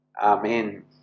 Amen